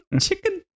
chicken